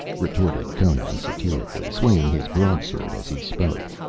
retorted conan satirically, swaying his broadsword as he spoke,